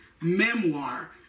memoir